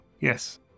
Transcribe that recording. Yes